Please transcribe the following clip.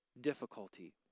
difficulty